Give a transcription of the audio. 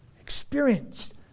experienced